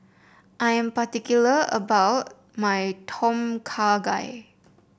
I am particular about my Tom Kha Gai